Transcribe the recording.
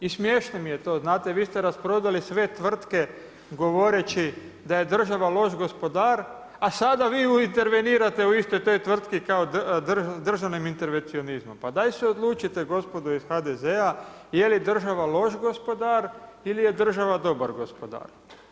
I smiješno mi je to, znate vi ste rasprodali sve tvrtke govoreći da je država loš gospodar a sada vi intervenirate u istoj toj tvrtki kao državnim intervencionizmom, pa daj se odlučite gospodo iz HDZ-a jeli država loš gospodar ili je država dobar gospodar.